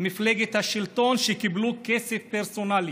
מפלגת השלטון שקיבלו כסף פרסונלי